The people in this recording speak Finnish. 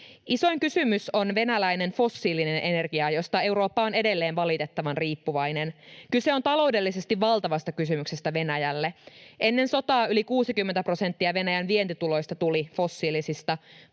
Isoin kysymys on venäläinen fossiilinen energia, josta Eurooppa on edelleen valitettavan riippuvainen. Kyse on taloudellisesti valtavasta kysymyksestä Venäjälle. Ennen sotaa yli 60 prosenttia Venäjän vientituloista tuli fossiilisista